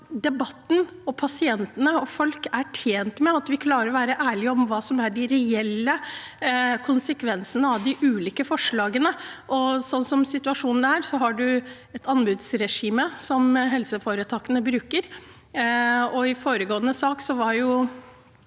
debatten og pasientene og folk er tjent med at vi klarer å være ærlige om hva som er de reelle konsekvensene av de ulike forslagene, og slik situasjonen er, har man anbudsregimet som helseforetakene bruker. I foregående sak var